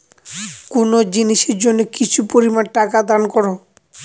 কোনো জিনিসের জন্য কিছু পরিমান টাকা দান করো